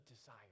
desire